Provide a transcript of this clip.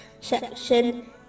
section